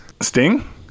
Sting